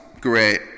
great